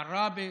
בעראבה,